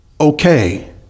Okay